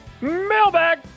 mailbag